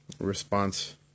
response